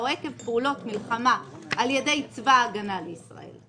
או עקב פעולות מלחמה על ידי צבא ההגנה לישראל."